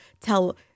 tell